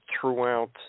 throughout